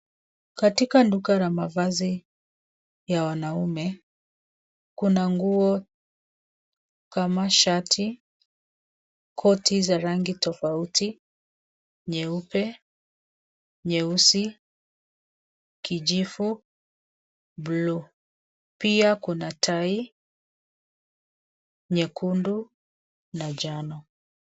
Katika duka la mavazi ya wanaume. Kuna nguo kama shati, koti za rangi tofauti, nyeupe, nyeusi, kijivu, bluu. Pia kuna tai nyekundu na jano.